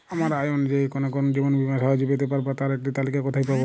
আমার আয় অনুযায়ী কোন কোন জীবন বীমা সহজে পেতে পারব তার একটি তালিকা কোথায় পাবো?